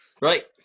Right